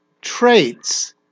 traits